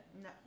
No